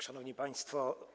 Szanowni Państwo!